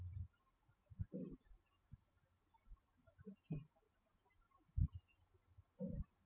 okay